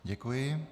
Děkuji.